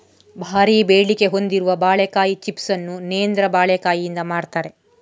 ಭಾರೀ ಬೇಡಿಕೆ ಹೊಂದಿರುವ ಬಾಳೆಕಾಯಿ ಚಿಪ್ಸ್ ಅನ್ನು ನೇಂದ್ರ ಬಾಳೆಕಾಯಿಯಿಂದ ಮಾಡ್ತಾರೆ